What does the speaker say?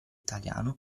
italiano